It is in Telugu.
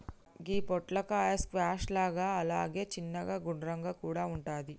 గి పొట్లకాయ స్క్వాష్ లాగా అలాగే చిన్నగ గుండ్రంగా కూడా వుంటది